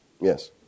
Yes